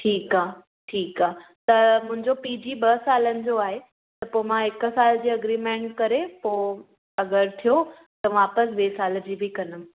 ठीकु आहे ठीकु आहे त मुंहिंजो पी जी ॿ सालनि जो आहे पोइ मां हिक साल जी अग्रीमेंट करे पोइ अगरि थियो त वापसि ॿिए साल जी बि कंदमि